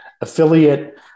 affiliate